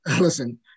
Listen